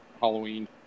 Halloween